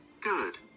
Good